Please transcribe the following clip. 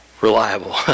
reliable